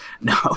No